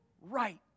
right